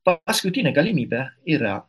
paskutinė galimybė yra